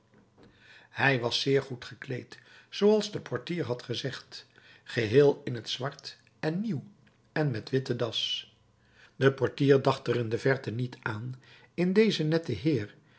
hij was zeer goed gekleed zooals de portier had gezegd geheel in het zwart en nieuw en met witte das de portier dacht er in de verte niet aan in dezen netten heer